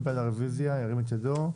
מי בעד הרוויזיה ירים את ידו?